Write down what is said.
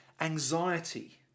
anxiety